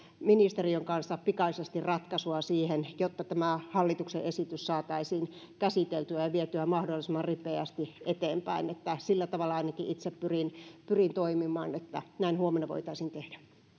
ministeriön kanssa pikaisesti ratkaisua siihen jotta tämä hallituksen esitys saataisiin käsiteltyä ja vietyä mahdollisimman ripeästi eteenpäin sillä tavalla ainakin itse pyrin pyrin toimimaan että näin huomenna voitaisiin tehdä